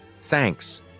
Thanks